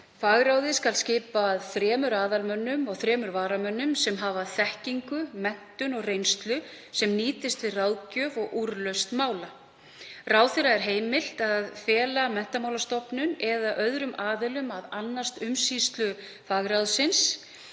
Fagráðið skal skipað þremur aðalmönnum og þremur varamönnum sem hafa þekkingu, menntun og reynslu sem nýtist við ráðgjöf og úrlausn mála. Ráðherra er heimilt að fela Menntamálastofnun eða öðrum aðilum að annast umsýslu fagráðsins.